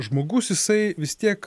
žmogus jisai vis tiek